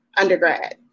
undergrad